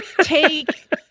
take